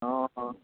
अँ अँ